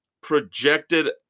projected